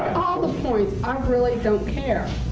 the points. i really don't care.